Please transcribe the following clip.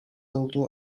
olduğu